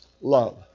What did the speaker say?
love